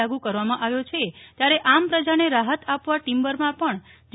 લાગુ કરવામાં આવ્યો છે ત્યારે આમ પ્રજાને રાહત આપવા ટિમ્બરમાં પણ જી